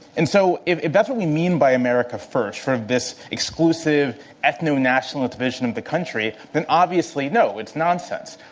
and so, if that's what we mean by america first, sort of this exclusive ethno-national division of the country, then obviously, no, it's nonsense.